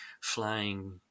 flying